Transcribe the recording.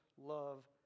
love